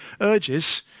urges